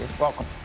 Welcome